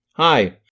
Hi